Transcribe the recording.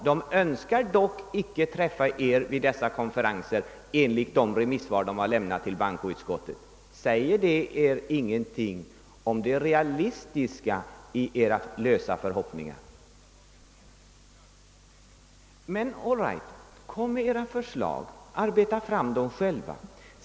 De önskar dock inte träffa er vid dessa konferenser enligt det remissvar som lämnats till bankoutskottet. Säger det er ingenting om det realistiska i era lösa förhoppningar? Men all right, lägg fram era förslag, arbeta fram dem själva!